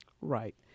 Right